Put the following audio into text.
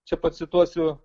čia pacituosiu